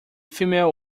female